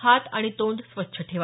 हात आणि तोंड स्वच्छ ठेवा